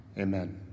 Amen